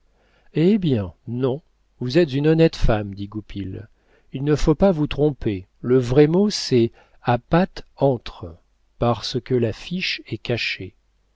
eh bien non vous êtes une honnête femme dit goupil il ne faut pas vous tromper le vrai mot c'est à patte entre parce que la fiche est cachée